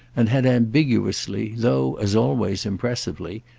and had ambiguously, though, as always, impressively,